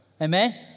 Amen